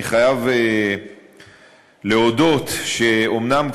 אני חייב להודות שאומנם,